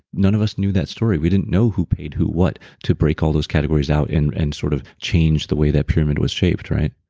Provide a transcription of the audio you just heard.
none of us knew that story. we didn't know who paid who what to break all those categories out and and sort of change the way that pyramid was shaped, right?